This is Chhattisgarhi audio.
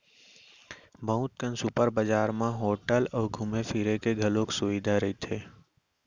बहुत कन सुपर बजार म होटल अउ घूमे फिरे के घलौक सुबिधा होथे